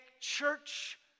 church